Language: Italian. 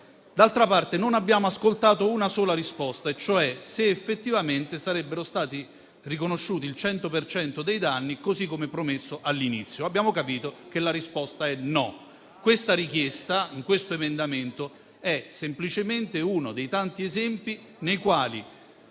D'altra parte, non abbiamo ascoltato una sola risposta alla domanda se effettivamente sarebbe stato riconosciuto il 100 per cento dei danni, così come promesso all'inizio. Abbiamo dunque capito che la risposta è no. Questo emendamento è semplicemente uno dei tanti esempi nei quali